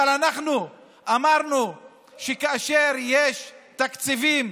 אבל אנחנו אמרנו שכאשר יש תקציבים,